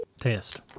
Test